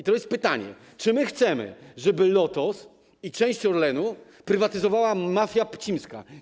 I jest pytanie: Czy chcemy, żeby Lotos i część Orlenu prywatyzowała mafia pcimska?